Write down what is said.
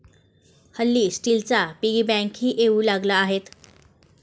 हल्ली स्टीलच्या पिगी बँकाही येऊ लागल्या आहेत